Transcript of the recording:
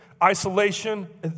isolation